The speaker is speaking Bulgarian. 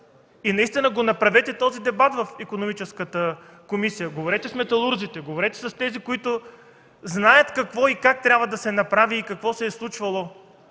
„Кремиковци”. Направете този дебат в Икономическата комисия, говорете с металурзите, говорете с тези, които знаят какво и как трябва да се направи, какво се е случвало,